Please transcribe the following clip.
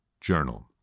journal